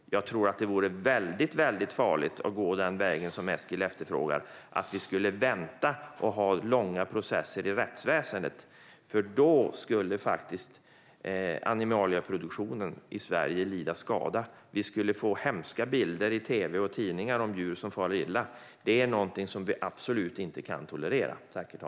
Jag tror att det vore väldigt farligt att gå den väg som Eskil efterfrågar, att vi ska vänta och ha långa processer i rättsväsendet, för då skulle animalieproduktionen i Sverige lida skada. Vi skulle få se hemska bilder i tv och tidningar på djur som far illa. Det är någonting som vi absolut inte kan tolerera.